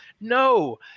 no